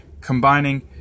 combining